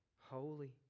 Holy